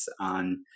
on